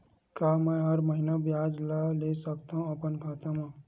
का मैं हर महीना ब्याज ला ले सकथव अपन खाता मा?